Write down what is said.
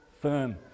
firm